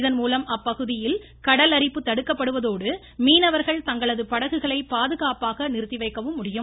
இதன்மூலம் அப்பகுதியில் கடலரிப்பு தடுக்கப்படுவதோடு மீனவர்கள் தங்கள் படகுகளை பாதுகாப்பாக நிறுத்தி வைக்கவும் முடியும்